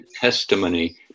testimony